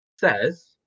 says